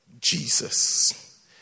Jesus